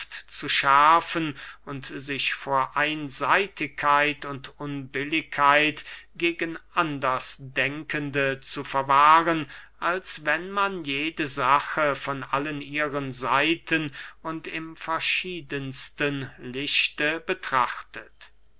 zu schärfen und sich vor einseitigkeit und unbilligkeit gegen anders denkende zu verwahren als wenn man jede sache von allen ihren seiten und im verschiedensten lichte betrachtet